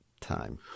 time